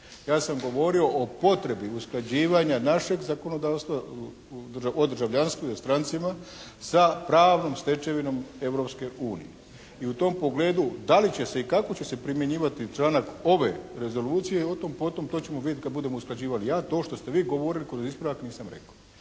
Ja sam govorio o potrebi usklađivanja našeg zakonodavstva o državljanstvu i strancima sa pravnom stečevinom Europske unije. I u tom pogledu da li će se i kako će se primjenjivati članak ove rezolucije, o tome po tome, to ćemo vidjeti kad budemo usklađivali. Ja to što ste vi govorili kao ispravak nisam rekao.